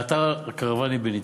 באתר הקרוונים בניצן.